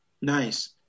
Nice